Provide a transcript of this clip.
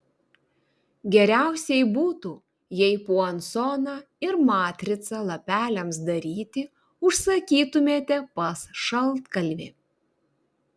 geriausiai būtų jei puansoną ir matricą lapeliams daryti užsakytumėte pas šaltkalvį